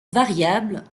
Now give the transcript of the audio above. variables